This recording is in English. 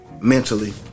Mentally